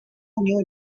new